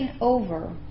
over